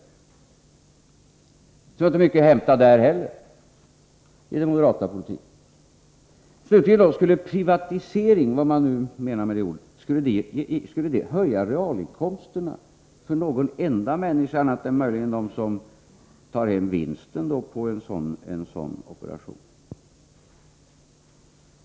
Så det finns inte mycket för den moderata politiken att hämta där heller. Slutligen: Skulle privatisering, vad man nu menar med det ordet, höja realinkomsterna för någon enda människa, utom möjligen för dem som tar hem vinsten på en sådan operation?